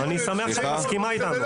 אני שמח שאת מסכימה איתנו.